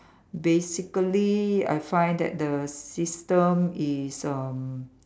basically I find that the system is um